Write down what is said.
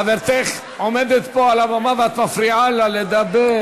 חברתך עומדת פה על הבמה ואת מפריעה לה לדבר.